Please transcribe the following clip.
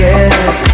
Yes